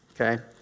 okay